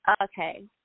Okay